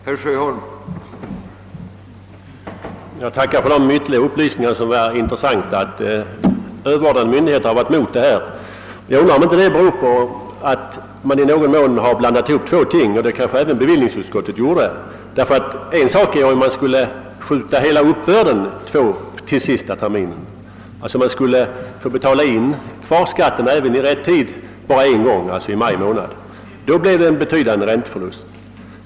Herr talman! Jag tackar för den ytterligare intressanta upplysningen att vissa myndigheter ställt sig avvisande. Jag undrar om det möjligen inte beror på att man i någon mån har blandat ihop två ting — och det kanske även bevillningsutskottet har gjort. En sak vore nämligen om man skulle skjuta på hela uppbörden till den sista terminen — man skulle alltså betala in kvarskatten bara en gång, i maj månad. I så fall skulle det bli en betydande ränteförlust.